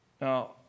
Now